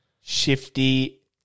Shifty